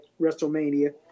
WrestleMania